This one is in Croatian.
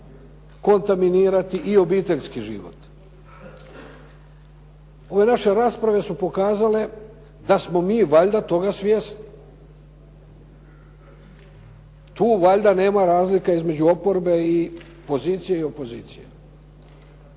kontaminirati i obiteljski život. Ove naše rasprave su pokazale da smo mi valjda toga svjesni. Tu valjda nema razlike između oporbe i pozicije i opozicije.